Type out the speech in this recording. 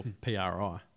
pri